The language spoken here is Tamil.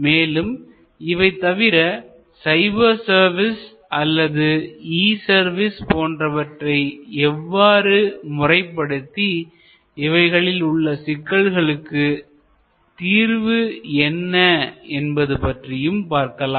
மேலும் இவை தவிர சைபர் சர்வீஸ் அல்லது இ சர்வீஸ் போன்றவற்றை எவ்வாறு முறைப்படுத்தி இவைகளில் உள்ள சிக்கல்களுக்கு தீர்வுகள் என்ன என்பது பற்றியும் பார்க்கலாம்